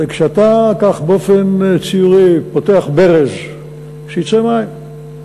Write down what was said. זה כשאתה כך, באופן ציורי, פותח ברז, שיצאו מים,